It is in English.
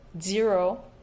zero